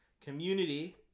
Community